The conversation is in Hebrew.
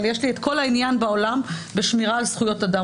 יש לי כל העניין בעולם בשמירה על זכויות אדם.